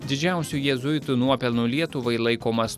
didžiausiu jėzuitų nuopelnų lietuvai laikomas